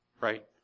right